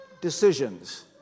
decisions